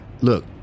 look